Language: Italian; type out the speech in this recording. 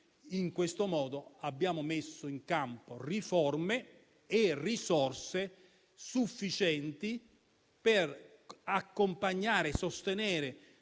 In questo modo abbiamo messo in campo riforme e risorse sufficienti per accompagnare e sostenere